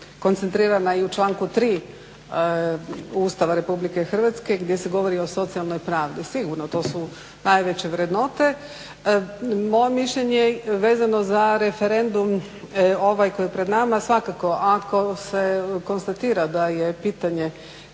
koncentrirana i u članku 3. Ustava Republike Hrvatske gdje se govori o socijalnoj pravdi. Sigurno, to su najveće vrednote. Moje je mišljenje vezano za referendum ovaj koji je pred nama. Svakako ako se konstatira da je pitanje